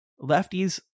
lefties